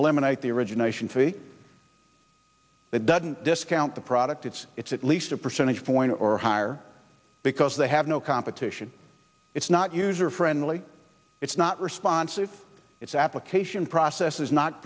eliminate the origination fee that doesn't discount the product it's its at least a percentage point or higher because they have no competition it's not user friendly it's not responsive it's application process is not